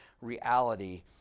reality